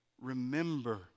Remember